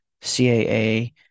CAA